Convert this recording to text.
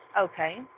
Okay